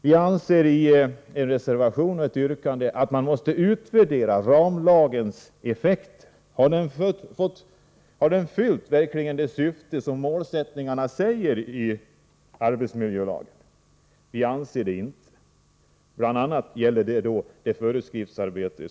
Vi anser i en reservation att man måste utvärdera ramlagens effekter. Har den fyllt syftet och nått målsättningarna? Vi anser inte det. Bl. a. har den inte nått målsättningen när det gäller föreskriftsarbetet.